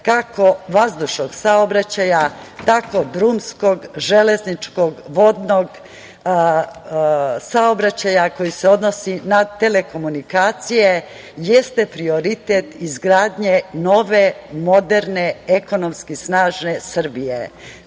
kako vazdušnog saobraćaja, tako drumskog, železničkog, vodnog saobraćaja, koji se odnosi na telekomunikacije jeste prioritet izgradnje nove moderne ekonomske i snažne Srbije. To